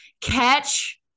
catch